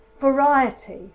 variety